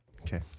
Okay